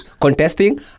contesting